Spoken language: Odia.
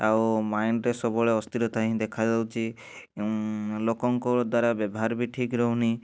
ଆଉ ମାଇଣ୍ଡରେ ସବୁବେଳେ ଅସ୍ଥିରତା ହିଁ ଦେଖାଯାଉଛି ଲୋକଙ୍କ ଦ୍ଵାରା ବ୍ୟବହାର ବି ଠିକ୍ ରହୁନି